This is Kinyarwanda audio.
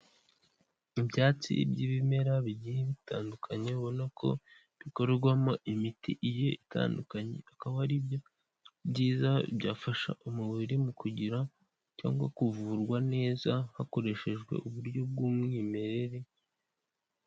Ibyatsi by'ibimera bigiye bitandukanye ubona ko bikorwamo imiti igiye itandukanye, akaba aribyo byiza byafasha umubiri mu kugira cyangwa kuvurwa neza, hakoreshejwe uburyo bw'umwimerere.